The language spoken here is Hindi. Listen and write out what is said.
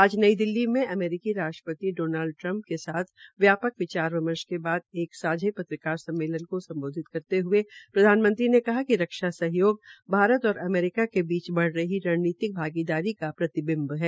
आज नई दिल्ली में अमरीकी राष्ट्रपति डॉनल्ड ट्रंप के साथ व्यापक विचार विमर्श के बाद एक सांझो पत्रकार सम्मेलन को सम्बोधित करते हये प्रधानमंत्री ने कहा कि रक्षा सहयोग भारत और अमरीका के बीच बढ़ रही रणनीति भागीदारी का प्रतिबिंब है